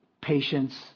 patience